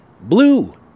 blue